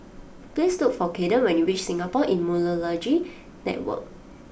please look for Caden when you reach Singapore Immunology Network